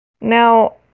now